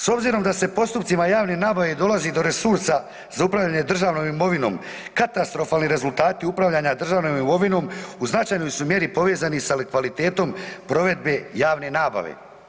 S obzirom da se postupcima javne nabave dolazi do resursa za upravljanje državnom imovinom katastrofalni rezultati upravljanja državnom imovinom u značajnoj su mjeri povezani sa kvalitetom provedbe javne nabave.